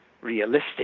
realistic